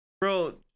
Bro